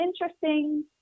interesting